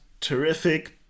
terrific